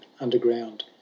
underground